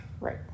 right